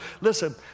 Listen